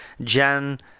jan